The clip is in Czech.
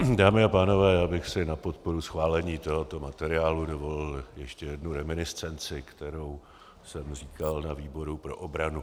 Dámy a pánové, já bych si na podporu schválení tohoto materiálu dovolil ještě jednu reminiscenci, kterou jsem říkal na výboru pro obranu.